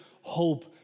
hope